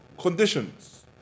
conditions